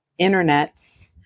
internets